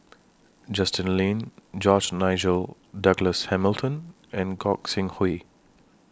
Justin Lean George Nigel Douglas Hamilton and Gog Sing Hooi